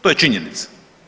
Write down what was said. To je činjenica.